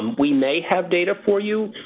we may have data for you.